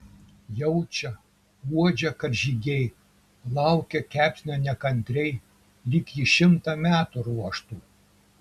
jaučia uodžia karžygiai laukia kepsnio nekantriai lyg jį šimtą metų ruoštų